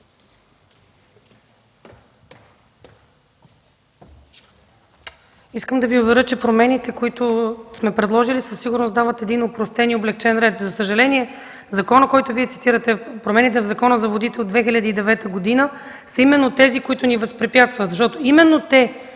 Искам да Ви уверя, че промените, които сме предложили, със сигурност дават един опростен и облекчен ред. За съжаление, промените в Закона за водите от 2009 г., който Вие цитирате, са именно тези, които ни възпрепятстват.